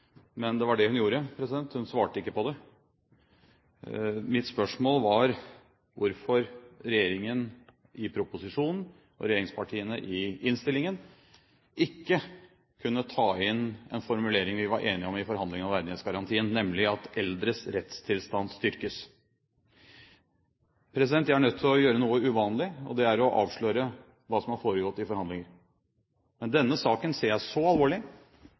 Men det var det hun gjorde, hun svarte ikke på det. Mitt spørsmål var hvorfor regjeringen i proposisjonen og regjeringspartiene i innstillingen ikke kunne ta inn en formulering vi var enige om i forhandlingene om verdighetsgarantien, nemlig at eldres rettstilstand styrkes. Jeg er nødt til å gjøre noe uvanlig, og det er å avsløre hva som har foregått i forhandlingene. Denne saken ser jeg så alvorlig